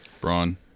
Braun